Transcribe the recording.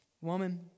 Woman